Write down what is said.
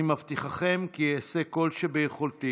אני מבטיחכם כי אעשה כל שביכולתי